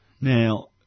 Now